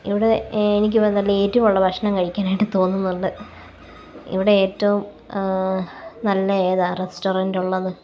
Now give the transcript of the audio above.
ഇവിടെ എനിക്ക് ഇവിടെ നല്ല എരിവുള്ള ഭക്ഷണം കഴിക്കാനായിട്ട് തോന്നുന്നുണ്ട് ഇവിടെ ഏറ്റവും നല്ല ഏതാ റെസ്റ്റോറന്റ് ഉള്ളത്